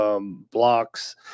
blocks